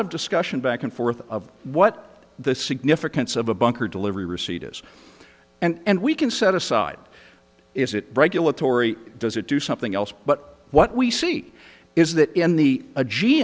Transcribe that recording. of discussion back and forth of what the significance of a bunker delivery receipt is and we can set aside is it regulatory does it do something else but what we see is that in the